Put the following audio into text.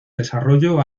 desarrollo